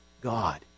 God